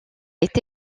est